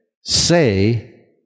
say